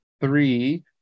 three